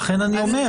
לכן אני אומר.